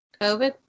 COVID